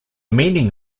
meaning